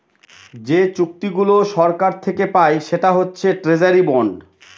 যে চুক্তিগুলা সরকার থাকে পায় সেটা হচ্ছে ট্রেজারি বন্ড